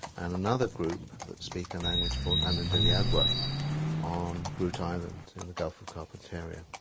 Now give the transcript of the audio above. and another group that speak a language called anindilyakwa on groote eylandt in the gulf of carpentaria.